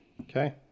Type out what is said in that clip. Okay